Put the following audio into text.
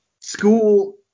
school